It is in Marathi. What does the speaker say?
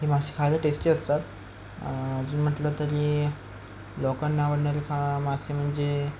हे मासे खायला टेस्टी असतात अजून म्हटलं तरी लोकांना आवडणारे हा मासे म्हणजे